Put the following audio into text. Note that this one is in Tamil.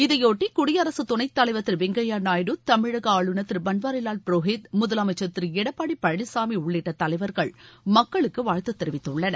இதைபொட்டி குடியரசுத் துணைத்தலைவர் திரு வெங்கையா நாயுடு தமிழக ஆளுநர் திரு பன்வாரிவால் புரோகித் முதலமைச்ச் திரு எடப்பாடி பழனிசாமி உள்ளிட்ட தலைவர்கள் மக்களுக்கு வாழ்த்து தெரிவித்துள்ளனர்